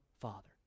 Father